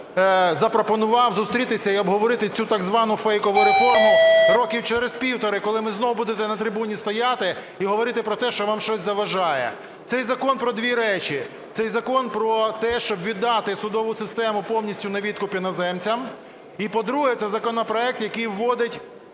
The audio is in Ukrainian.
запропонував зустрітися і обговорити цю так звану фейкову реформу років через півтора, коли ви знов будете на трибуні стояти і говорити про те, що вам щось заважає. Цей закон про дві речі: цей закон про те, щоб віддати судову систему повністю на відкуп іноземцям; і, по-друге, це законопроект, який вводить